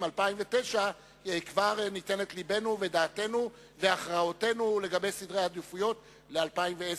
2009 כבר ניתן את לבנו ודעתנו והכרעותינו לסדרי העדיפויות ל-2010.